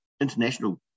international